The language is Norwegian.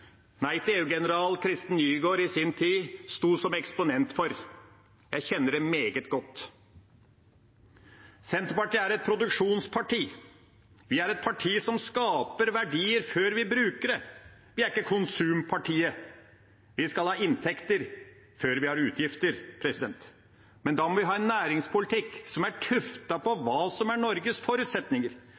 Nei til EU-general Kristen Nygaard i sin tid sto som eksponent for. Jeg kjenner det meget godt. Senterpartiet er et produksjonsparti. Vi er et parti som skaper verdier før vi bruker dem. Vi er ikke konsumpartiet. Vi skal ha inntekter før vi har utgifter, men da må vi ha en næringspolitikk som er tuftet på hva som er Norges forutsetninger.